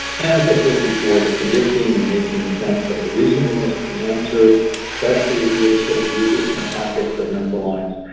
as i said before, the predicting and making sense of the reasonableness of the answer, especially if you were to sort of use this in the context of number lines,